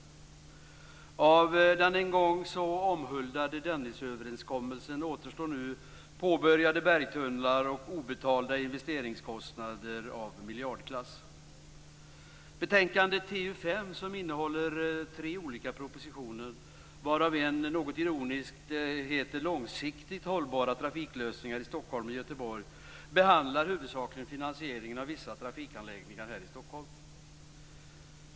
Av den en gång så omhuldade Dennisöverenskommelsen återstår nu påbörjade bergtunnlar och obetalda investeringskostnader i miljardklass. Betänkandet TU5 behandlar tre olika propositioner, varav en något ironiskt heter Långsiktigt hållbara trafiklösningar i Stockholm och Göteborg, och rör huvudsakligen finansieringen av vissa trafikanläggningar här i Stockholm.